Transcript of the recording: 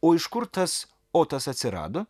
o iš kur tas otas atsirado